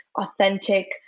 authentic